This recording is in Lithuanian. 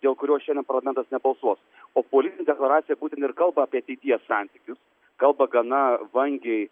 dėl kurios šiandien parlamentas nebalsuos o politinė deklaracija būtent ir kalba apie ateities santykius kalba gana vangiai